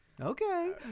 Okay